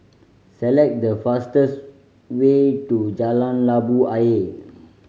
select the fastest way to Jalan Labu Ayer